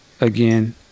again